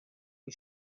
این